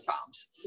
farms